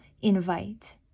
invite